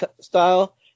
style